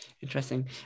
interesting